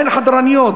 אין חדרניות,